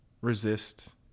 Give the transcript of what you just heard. resist